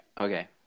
Okay